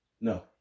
no